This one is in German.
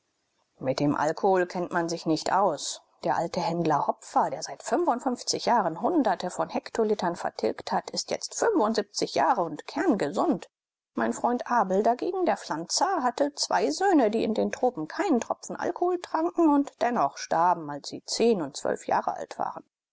mit dem alkohol kennt man sich nicht aus der alte händler hopfer der seit jahren hunderte von hektolitern vertilgt hat ist jetzt jahre und kerngesund mein freund abel dagegen der pflanzer hatte zwei söhne die in den tropen keinen tropfen alkohol tranken und dennoch starben als sie und jahre alt waren